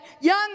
young